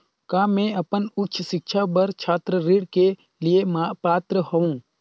का मैं अपन उच्च शिक्षा बर छात्र ऋण के लिए पात्र हंव?